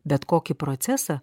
bet kokį procesą